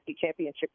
championship